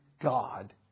God